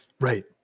Right